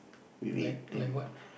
like like what